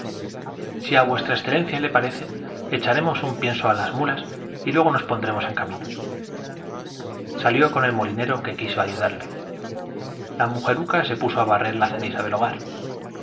se levantó mayordomo le parece echaremos un pienso á si á v e camino las mulas y luego nos pondremos en salió con el molinero que quiso ayudarle la se puso á barrer la ceniza del hogar